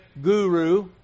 guru